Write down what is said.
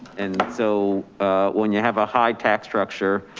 and so when you have a high tax structure,